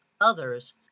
others